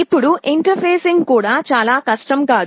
ఇప్పుడు ఇంటర్ఫేసింగ్ కూడా చాలా కష్టం కాదు